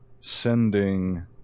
sending